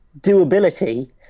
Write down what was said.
doability